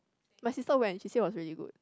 my sister went she said it was really good